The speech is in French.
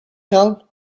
calme